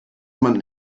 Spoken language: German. man